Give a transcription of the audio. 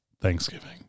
Thanksgiving